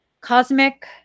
Cosmic